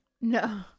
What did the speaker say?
No